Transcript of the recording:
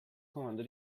comando